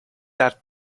that